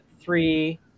three